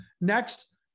next